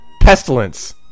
Pestilence